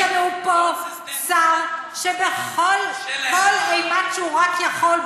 יש לנו פה שר שבכל אימת שהוא רק יכול,